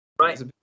Right